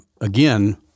again